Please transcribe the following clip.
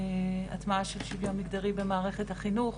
הטמעה של שוויון מגדרי במערכת החינוך.